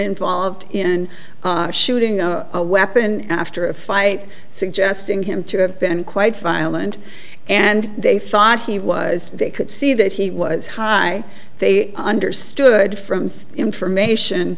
involved in shooting a weapon after a fight suggesting him to have been quite file and and they thought he was they could see that he was high they understood from information